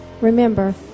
Remember